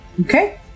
Okay